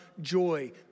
joy